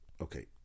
okay